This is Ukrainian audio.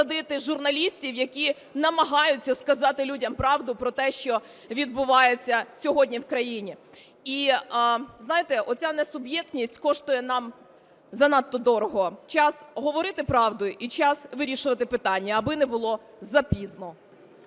садити журналістів, які намагаються сказати людям правду про те, що відбувається сьогодні в країні. І, знаєте, оця несуб'єктність коштує нам занадто дорого. Час говорити правду і час вирішувати питання, аби не було запізно.